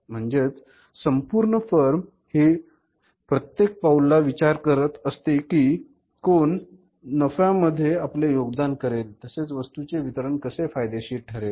म्हणजेच संपूर्ण फर्म हि प्रत्येक पाऊलला विचार करत असते कि कोण नफ्या मध्ये आपले योगदान करेल तसेच वास्तूचे वितरण कसे फायदेशीर ठरेल